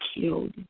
killed